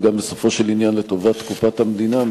ובסופו של עניין גם לטובת קופת המדינה,